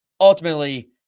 Ultimately